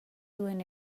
duen